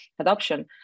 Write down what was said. adoption